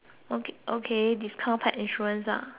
discount paired insurance ah hmm